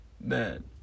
man